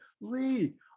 Lee